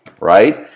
right